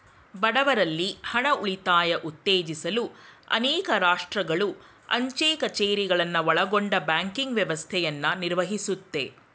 ಬಡವ್ರಲ್ಲಿ ಹಣ ಉಳಿತಾಯ ಉತ್ತೇಜಿಸಲು ಅನೇಕ ರಾಷ್ಟ್ರಗಳು ಅಂಚೆ ಕಛೇರಿಗಳನ್ನ ಒಳಗೊಂಡ ಬ್ಯಾಂಕಿಂಗ್ ವ್ಯವಸ್ಥೆಯನ್ನ ನಿರ್ವಹಿಸುತ್ತೆ